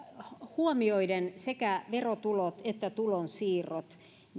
huomioiden sekä verotulot että tulonsiirrot